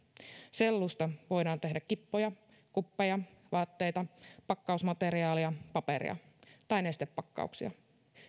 sellusta voidaan tehdä kippoja kuppeja vaatteita pakkausmateriaalia paperia tai nestepakkauksia